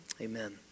Amen